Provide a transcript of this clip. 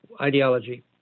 ideology